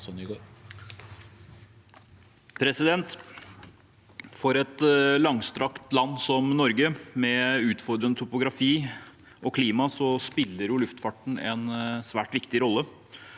For et lang- strakt land som Norge, med utfordrende topografi og klima, spiller luftfarten en svært viktig rolle.